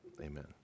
Amen